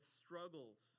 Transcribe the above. struggles